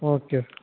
okay